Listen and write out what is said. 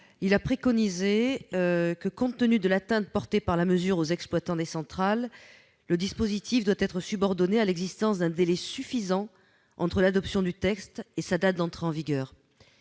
en préconisant, compte tenu de l'atteinte portée par la mesure aux exploitants des centrales, que le dispositif doive être subordonné à l'existence d'un délai suffisant entre l'adoption du texte et sa date d'entrée en vigueur.